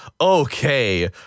okay